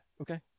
Okay